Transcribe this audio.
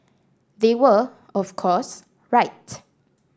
they were of course right